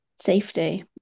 safety